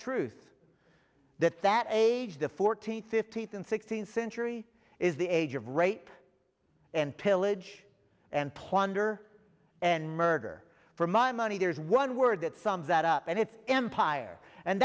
truth that that age the fourteenth fifteenth and sixteenth century is the age of rape and pillage and plunder and murder for my money there's one word that sums that up and it's